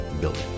building